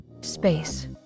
Space